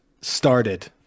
started